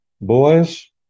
boys